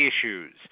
issues –